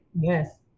yes